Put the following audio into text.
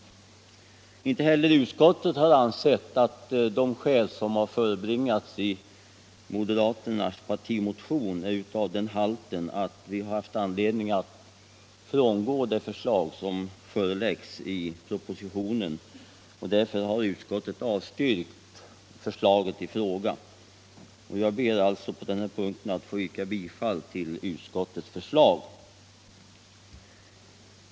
Inte heller utskottet har ansett att de skäl som har förebringats i moderaternas partimotion är av den halten att vi haft anledning att frångå det förslag som föreligger i propositionen. Därför har utskottet avstyrkt 67 förslaget i fråga. Jag ber alltså att på den här punkten få yrka bifall till utskottets hemställan.